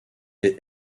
est